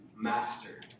master